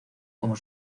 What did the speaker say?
como